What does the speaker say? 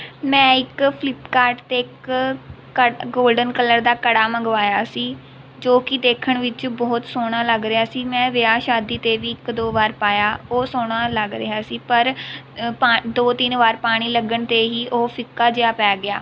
ਮੈਂ ਇੱਕ ਫਲਿੱਪਕਾਰਟ 'ਤੇ ਇੱਕ ਗੌਲਡਨ ਕਲਰ ਦਾ ਕੜਾ ਮੰਗਵਾਇਆ ਸੀ ਜੋ ਕਿ ਦੇਖਣ ਵਿੱਚ ਬਹੁਤ ਸੋਹਣਾ ਲੱਗ ਰਿਹਾ ਸੀ ਮੈਂ ਵਿਆਹ ਸ਼ਾਦੀ 'ਤੇ ਵੀ ਇੱਕ ਦੋ ਵਾਰ ਪਾਇਆ ਉਹ ਸੋਹਣਾ ਲੱਗ ਰਿਹਾ ਸੀ ਪਰ ਦੋ ਤਿੰਨ ਵਾਰ ਪਾਣੀ ਲੱਗਣ 'ਤੇ ਹੀ ਉਹ ਫਿੱਕਾ ਜਿਹਾ ਪੈ ਗਿਆ